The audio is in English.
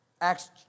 Acts